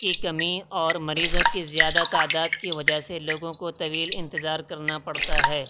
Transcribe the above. کی کمی اور مریضوں کی زیادہ تعداد کی وجہ سے لوگوں کو طویل انتظار کرنا پڑتا ہے